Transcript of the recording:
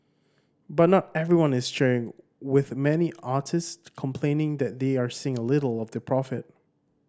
but not everyone is cheering with many artists complaining that they are seeing little of the profit